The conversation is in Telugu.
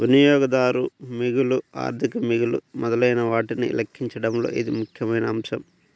వినియోగదారు మిగులు, ఆర్థిక మిగులు మొదలైనవాటిని లెక్కించడంలో ఇది ముఖ్యమైన అంశం